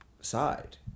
side